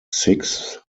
sixth